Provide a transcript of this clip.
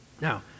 now